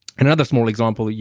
another small example, yeah